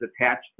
attached